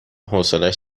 حوصلش